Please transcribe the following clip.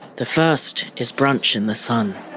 the first is brunch in the sun.